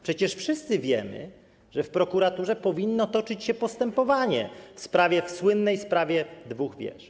Przecież wszyscy wiemy, że w prokuraturze powinno toczyć się postępowanie w słynnej sprawie dwóch wież.